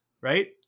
right